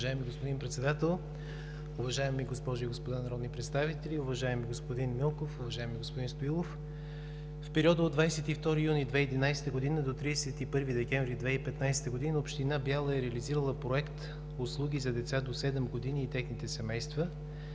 Уважаеми господин Председател, уважаеми госпожи и господа народни представители! Уважаеми господин Милков, уважаеми господин Стоилов, в периода от 22 юни 2011 г. до 31 декември 2015 г. община Бяла е реализирала проект „Услуги за деца до 7 години и техните семейства“,